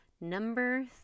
Number